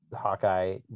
Hawkeye